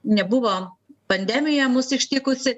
nebuvo pandemija mus ištikusi